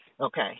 Okay